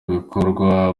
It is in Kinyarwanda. bikorwa